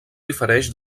difereix